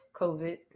COVID